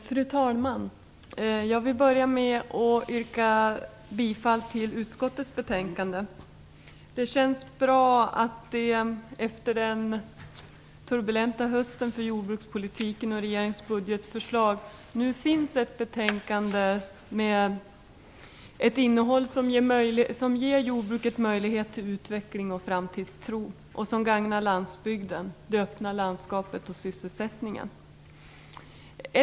Fru talman! Jag vill börja med att yrka bifall till utskottets hemställan. Det känns bra att det efter den turbulenta hösten när det gäller jordbrukspolitiken och regeringens budgetförslag nu finns ett betänkande med ett innehåll som ger jordbruket möjlighet till utveckling, skapar framtidstro, gagnar landsbygden, det öppna landskapet och sysselsättningen.